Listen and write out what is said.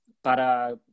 Para